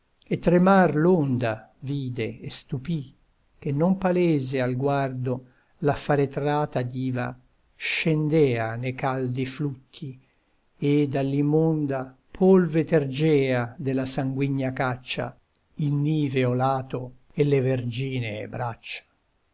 e tremar l'onda vide e stupì che non palese al guardo la faretrata diva scendea ne caldi flutti e dall'immonda polve tergea della sanguigna caccia il niveo lato e le verginee braccia